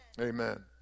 Amen